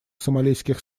сомалийских